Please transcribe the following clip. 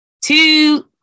two